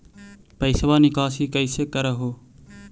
पैसवा निकासी कैसे कर हो?